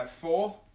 four